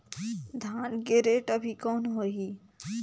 धान के रेट अभी कौन होही?